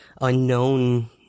unknown